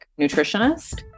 nutritionist